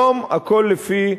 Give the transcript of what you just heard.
היום הכול לפי